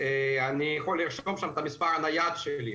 אני יכול לרשום שם את המספר הנייד שלי,